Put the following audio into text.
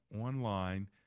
online